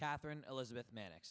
catherine elizabeth mannix